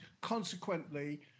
consequently